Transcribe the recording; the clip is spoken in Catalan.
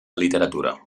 literatura